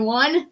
one